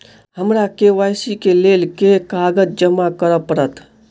हमरा के.वाई.सी केँ लेल केँ कागज जमा करऽ पड़त?